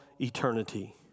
eternity